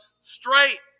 straight